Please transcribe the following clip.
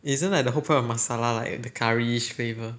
isn't like the whole point of masala the curry-ish flavour